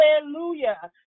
hallelujah